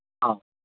ꯑꯧ